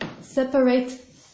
separate